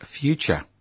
future